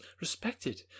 respected